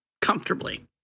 comfortably